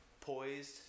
poised